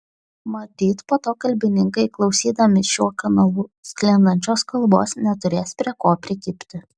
matyt po to kalbininkai klausydami šiuo kanalu sklindančios kalbos neturės prie ko prikibti